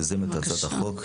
יוזמת הצעת החוק,